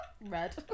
Red